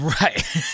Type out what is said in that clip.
Right